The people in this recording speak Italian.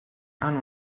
hanno